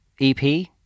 EP